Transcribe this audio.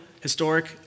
historic